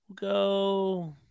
go